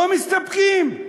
לא מסתפקים.